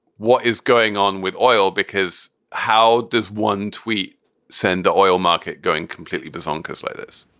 what is going on with oil because how does one tweet send the oil market going completely bonkers like this?